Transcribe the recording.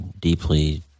deeply